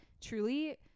truly